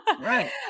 Right